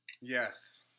Yes